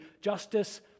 justice